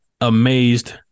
amazed